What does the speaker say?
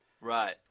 Right